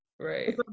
Right